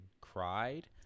cried